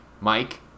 Mike